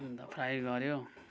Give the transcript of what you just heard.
अन्त फ्राई गऱ्यो